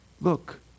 look